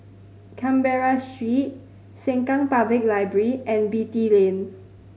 Canberra Street Sengkang Public Library and Beatty Lane